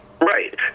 Right